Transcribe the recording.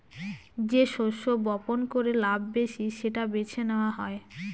যে শস্য বপন করে লাভ বেশি সেটা বেছে নেওয়া হয়